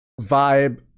vibe